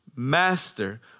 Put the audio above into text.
Master